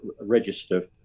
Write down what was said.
register